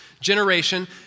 generation